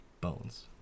Bones